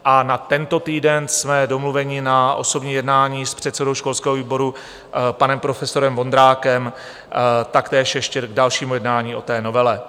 A na tento týden jsme domluveni na osobním jednání s předsedou školského výboru panem profesorem Vondrákem taktéž ještě k dalšímu jednání o té novele.